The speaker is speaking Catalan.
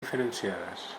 diferenciades